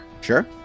Sure